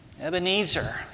Ebenezer